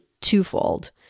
twofold